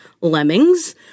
Lemmings